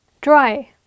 Dry